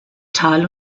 tal